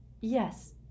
Yes